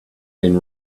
been